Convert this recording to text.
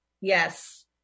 Yes